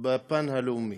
בפן הלאומי,